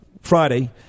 Friday